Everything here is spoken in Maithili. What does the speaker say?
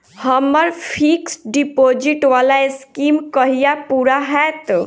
हम्मर फिक्स्ड डिपोजिट वला स्कीम कहिया पूरा हैत?